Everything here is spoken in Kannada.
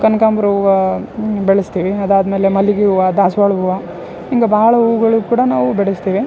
ಕನಕಾಂಬರ ಹೂವ ಬೆಳೆಸ್ತೀವಿ ಅದು ಆದ್ಮೇಲೆ ಮಲ್ಲಿಗೆ ಹೂವ ದಾಸವಾಳ ಹೂವ ಹಿಂಗೆ ಭಾಳ ಹೂಗಳು ಕೂಡ ನಾವು ಬೆಳೆಸ್ತೀವಿ